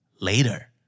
later